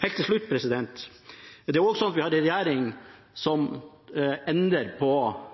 Helt til slutt: Det er også sånn at vi har en regjering som endrer på